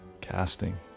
casting